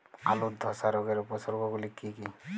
আলুর ধসা রোগের উপসর্গগুলি কি কি?